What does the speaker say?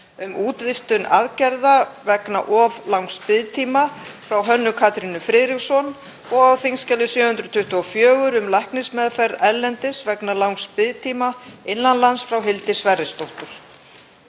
um útvistun aðgerða vegna of langs biðtíma, frá Hönnu Katrínu Friðriksson, og á þskj. 724, um læknismeðferð erlendis vegna langs biðtíma innan lands, frá Hildi Sverrisdóttur.